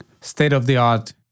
state-of-the-art